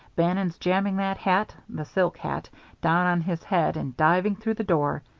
bannon's jamming that hat the silk hat down on his head, and diving through the door.